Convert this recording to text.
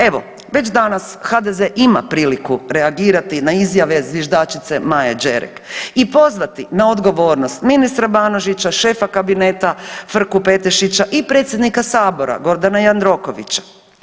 Evo, već danas HDZ ima priliku reagirati na izjave zviždačice Maje Đerek i pozvati na odgovornost ministra Banožića, šefa kabineta Frku Petešića i predsjednika Sabora, Gordana Jandrokovića.